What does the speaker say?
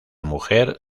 mujer